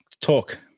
talk